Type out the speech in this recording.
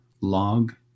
log